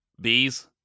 bees